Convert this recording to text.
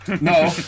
No